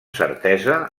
certesa